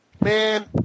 man